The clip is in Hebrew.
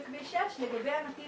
גם להבהיר להם שמדובר בכביש אחר ומנוי